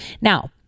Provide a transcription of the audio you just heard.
Now